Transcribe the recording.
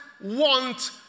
want